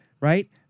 right